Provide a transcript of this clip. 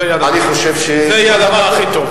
זה יהיה הדבר הכי טוב.